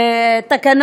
תקנות.